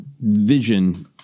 vision